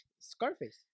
Scarface